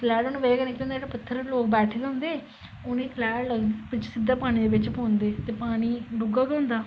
ओहदी बजह कन्नै केह् होंदा जेहड़ा पत्थर उप्पर लोक बेठे दे होंदे उनेंगी तलैह्ट लगदी ओह् सिद्धा पानी दे बिच पौंदे ते पानी डूंहगा होर होंदा